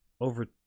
over